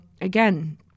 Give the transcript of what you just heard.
again